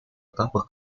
этапах